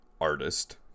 artist